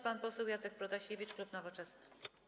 Pan poseł Jacek Protasiewicz, klub Nowoczesna.